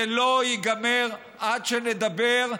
זה לא ייגמר עד שנדבר,